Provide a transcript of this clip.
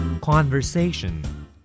Conversation